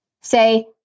say